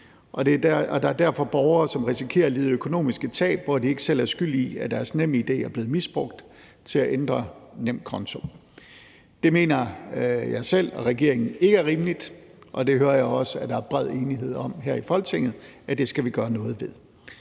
der er derfor borgere, som risikerer at lide økonomiske tab, hvor de ikke selv er skyld i, at deres NemID er blevet misbrugt til at ændre nemkonto. Det mener jeg selv og regeringen ikke er rimeligt, og det hører jeg også at der er bred enighed om her i Folketinget at vi skal gøre noget ved.